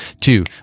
two